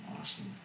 Awesome